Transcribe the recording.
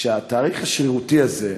שהתאריך השרירותי הזה,